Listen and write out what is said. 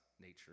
nature